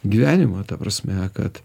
gyvenimą ta prasme kad